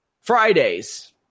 Fridays